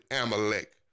Amalek